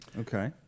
Okay